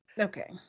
Okay